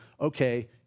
okay